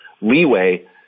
leeway